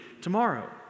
tomorrow